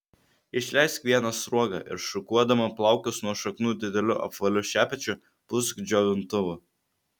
išleisk vieną sruogą ir šukuodama plaukus nuo šaknų dideliu apvaliu šepečiu pūsk džiovintuvu